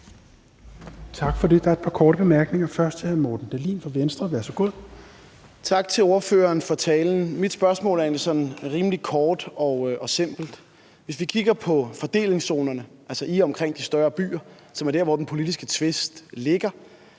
Tak for det. Der er et par korte bemærkninger. Først er det fra hr. Morten Dahlin fra Venstre. Værsgo. Kl. 17:06 Morten Dahlin (V): Tak til ordføreren for talen. Mit spørgsmål er egentlig sådan rimelig kort og simpelt. Hvis vi kigger på fordelingszonerne, altså i og omkring de større byer, som er der, hvor den politiske tvist ligger,